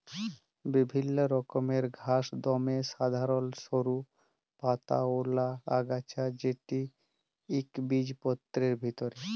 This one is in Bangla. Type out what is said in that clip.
বিভিল্ল্য রকমের ঘাঁস দমে সাধারল সরু পাতাআওলা আগাছা যেট ইকবিজপত্রের ভিতরে